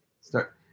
Start